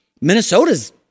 Minnesota's